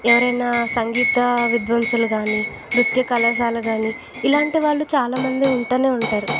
ఎవరైనా సంగీత విద్వాంసులు కానీ నృత్యకళాశాల కానీ ఇలాంటివాళ్ళు చాలామంది ఉంటూనే ఉంటారు